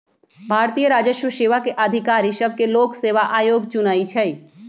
भारतीय राजस्व सेवा के अधिकारि सभके लोक सेवा आयोग चुनइ छइ